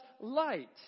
light